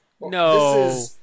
No